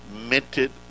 minted